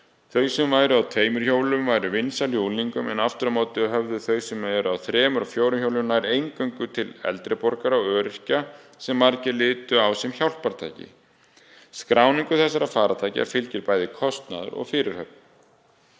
Þau sem væru á tveimur hjólum væru vinsæl hjá unglingum en aftur á móti höfðuðu þau sem eru á þremur og fjórum hjólum nær eingöngu til eldri borgara og öryrkja sem margir litu á sem hjálpartæki. Skráningu þessara farartækja fylgir bæði kostnaður og fyrirhöfn.